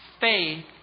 faith